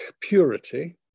purity